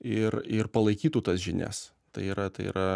ir ir palaikytų tas žinias tai yra tai yra